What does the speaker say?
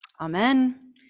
Amen